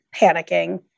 panicking